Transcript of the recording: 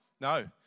No